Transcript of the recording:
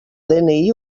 dni